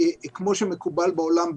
כמו שמקובל בעולם,